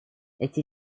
эти